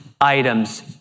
items